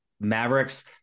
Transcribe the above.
Mavericks